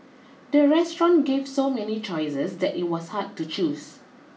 the restaurant gave so many choices that it was hard to choose